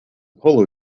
polo